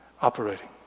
operating